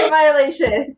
violation